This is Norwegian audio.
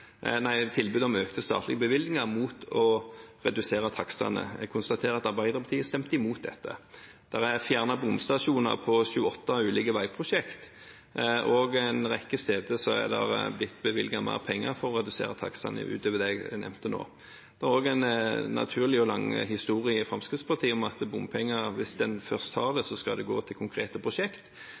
Jeg konstaterer at Arbeiderpartiet stemte imot dette. Det er fjernet bomstasjoner på sju–åtte ulike veiprosjekter, og en rekke steder er det blitt bevilget mer penger for å redusere takstene utover det jeg nevnte nå. Det er også en naturlig og lang historie i Fremskrittspartiet for at bompenger, hvis en først har det, skal gå til konkrete